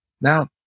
Now